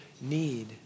need